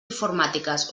informàtiques